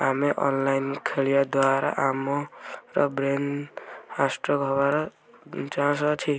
ଆମେ ଅନଲାଇନ୍ ଖେଳିବା ଦ୍ଵାରା ଆମ ର ବ୍ରେନ୍ ହାଷ୍ଟ୍କ୍ ହବାର ଚାନ୍ସ ଅଛି